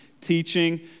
teaching